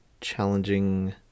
challenging